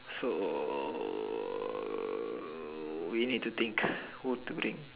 so we need to think who to bring